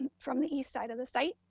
and from the east side of the site.